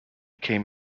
came